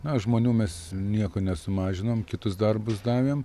na žmonių mes nieko nesumažinom kitus darbus davėm